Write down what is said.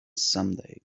someday